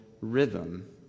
rhythm